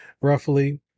roughly